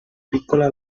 piccola